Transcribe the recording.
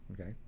okay